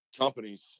companies